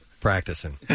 practicing